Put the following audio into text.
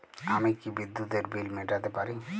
আমি কি বিদ্যুতের বিল মেটাতে পারি?